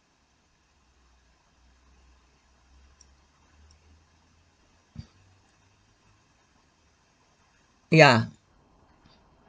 ya